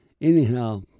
anyhow